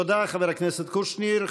תודה, חבר הכנסת קושניר.